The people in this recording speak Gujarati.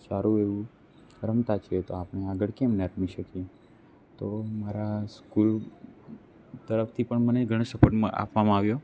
સારું એવું રમતા છીએ તો આપણે આગળ કેમ ના રમી શકીએ તો મારા સ્કૂલ તરફથી પણ મને ઘણી સપોર્ટ આપવામાં આવ્યો